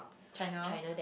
China